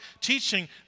teaching